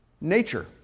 Nature